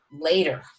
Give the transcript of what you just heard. later